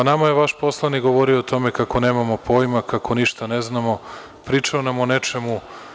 Nama je vaš poslanik govorio o tome kako nemamo pojma, kako ništa ne znamo, pričao nam o nečemu.